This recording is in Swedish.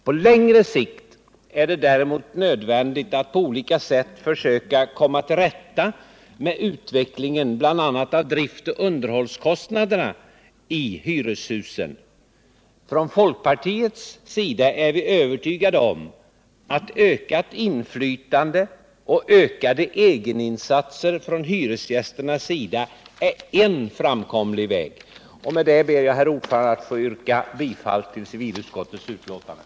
På längre sikt är det däremot nödvändigt att på olika sätt försöka komma till rätta med utvecklingen bl.a. av driftoch underhållskostnaderna i hyreshusen. Vi inom folkpartiet är övertygade om att ökat inflytande och ökade egeninsatser från hyresgästernas sida är en framkomlig väg. Med detta ber jag, herr talman, att få yrka bifall till civilutskottets hemställan.